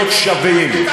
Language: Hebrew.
להיות שווים.